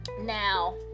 Now